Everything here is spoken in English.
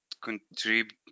contribute